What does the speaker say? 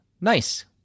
Nice